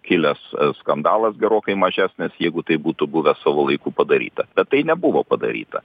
kilęs skandalas gerokai mažesnis jeigu tai būtų buvę savo laiku padaryta bet tai nebuvo padaryta